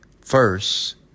first